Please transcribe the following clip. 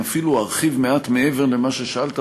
אני אפילו ארחיב מעט מעבר למה ששאלת